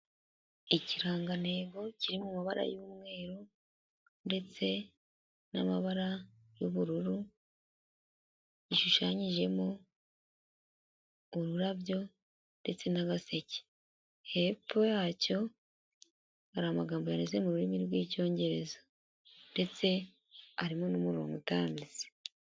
Ikirangantego kiri mu mabara y'umweru ndetse n'amabara y'ubururu ishushanyijemo ururabyo ndetse na gaseke, hepfo yacyo hari amagambo yanditse mu rurimi rw'icyongereza ndetse harimo n'umurongo utambitse.